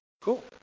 Cool